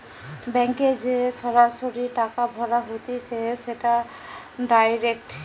ব্যাংকে যে সরাসরি টাকা ভরা হতিছে সেটা ডাইরেক্ট